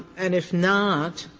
and if not